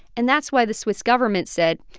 and that's why the swiss government said,